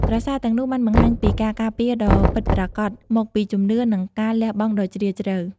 ប្រាសាទទាំងនោះបានបង្ហាញថាការការពារដ៏ពិតប្រាកដមកពីជំនឿ និងការលះបង់ដ៏ជ្រាលជ្រៅ។